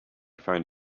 found